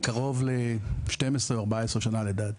קרוב ל-12 או 14 שנה, לדעתי.